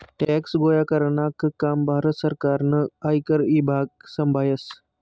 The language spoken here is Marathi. टॅक्स गोया करानं आख्खं काम भारत सरकारनं आयकर ईभाग संभायस